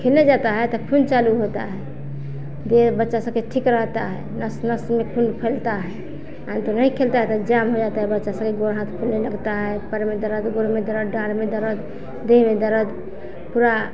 खेलने जाता है तो खून चालू होता है जो बच्चा सब के ठीक रहता है नस नस में खून फैलता है औ त नहीं खेलता है तो जाम हो जाता है बच्चा सब गोड हाथ फूलने लगता है सर में दर्द गोड में दर्द डाँड में दर्द देह में दर्द पूरा